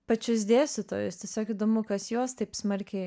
pačius dėstytojus tiesiog įdomu kas juos taip smarkiai